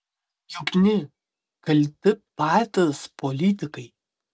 jukny kalti patys politikai